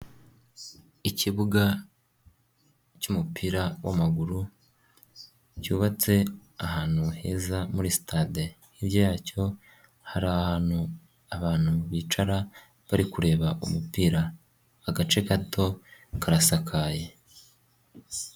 Ikibuga cy'umupira w'amaguru cyubatse ahantu heza muri sitade, hirya yacyo hari ahantu abantu bicara bari kureba umupira, agace gato karasakaye.